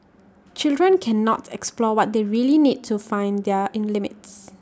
children cannot explore what they really need to find their in limits